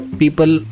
people